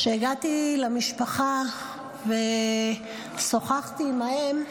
כשהגעתי למשפחה ושוחחתי עם האם,